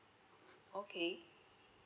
okay